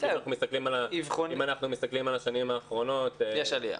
אם אנחנו מסתכלים על השנים האחרונות -- יש עלייה.